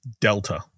Delta